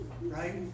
Right